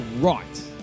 right